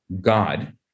God